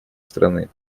страны